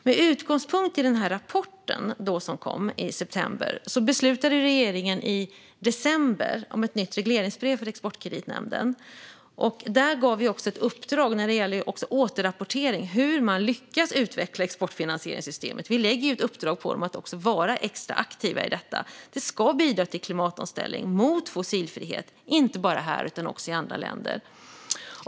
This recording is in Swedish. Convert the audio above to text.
Med utgångspunkt i den rapport som kom i september beslutade regeringen i december om ett nytt regleringsbrev för Exportkreditnämnden. Där gav vi också ett uppdrag om återrapportering av hur man lyckas utveckla exportfinansieringssystemet. Vi lägger ju också ett uppdrag på dem att vara extra aktiva i detta. Det ska bidra till klimatomställning i riktning mot fossilfrihet, inte bara här utan också i andra länder.